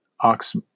ox